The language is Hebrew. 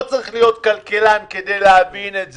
לא צריך להיות כלכלן כדי להבין את זה,